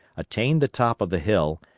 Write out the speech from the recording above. attained the top of the hill,